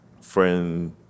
friend